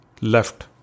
left